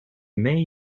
may